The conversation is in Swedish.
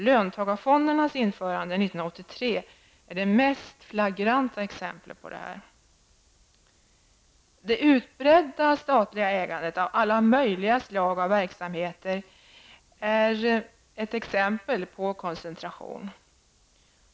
Löntagarfondernas införande 1983 är det mest flagranta exemplet på detta. Det utbredda statliga ägandet av alla möjliga slag av verksamheter är ett exempel på koncentration.